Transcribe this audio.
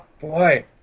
boy